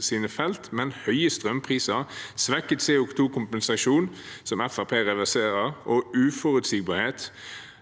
sine felt, men høye strømpriser, svekket CO2-kompensasjon – som Fremskrittspartiet reverserer – og uforutsigbarhet